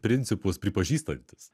principus pripažįstantis